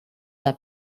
them